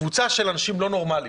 קבוצה של אנשים לא נורמליים.